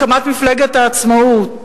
הקמת מפלגת העצמאות.